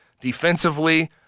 defensively